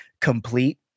complete